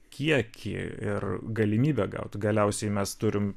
kiekį ir galimybę gauti galiausiai mes turim